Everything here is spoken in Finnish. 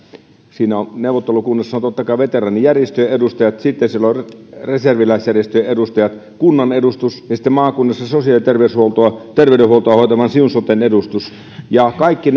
siinä neuvottelukunnassa on totta kai veteraanijärjestöjen edustajat sitten siellä on reserviläisjärjestöjen edustajat kunnan edustus ja sitten maakunnassa sosiaali ja terveydenhuoltoa terveydenhuoltoa hoitavan siun soten edustus kaikki